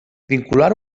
vincular